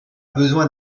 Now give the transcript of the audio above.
besoin